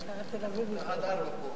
לסעיף 1 לא נתקבלה.